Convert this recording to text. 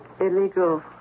Illegal